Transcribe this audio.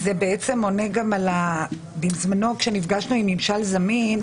גם הסוגיה שהסכמנו להסיר את העניין של הנגישות ולא להצר את הזכות הזו,